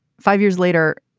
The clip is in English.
five years later,